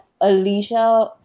alicia